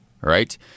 right